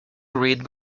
read